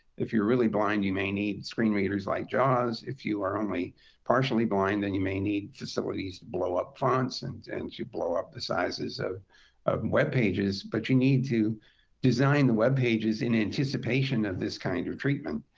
if you're really blind, you may need screen readers like jaws. if you are only partially blind, then you may need facilities blow up fonts, and and you blow up the sizes of of web pages. but you need to design the web pages in anticipation of this kind of treatment.